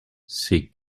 c’est